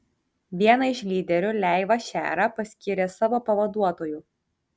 vieną iš lyderių leivą šerą paskyrė savo pavaduotoju